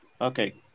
Okay